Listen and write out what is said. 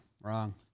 Wrong